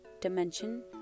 dimension